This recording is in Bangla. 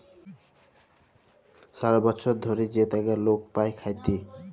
ছারা বচ্ছর ধ্যইরে যে টাকা লক পায় খ্যাইটে